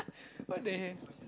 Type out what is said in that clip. what the hell